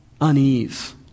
unease